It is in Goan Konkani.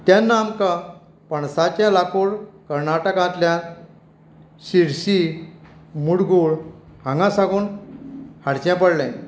तेन्ना आमकां पणसाचें लांकूड कर्नाटकांतल्यान शिर्सी मुडगूळ हांगा साकून हाडचें पडलें